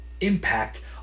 impact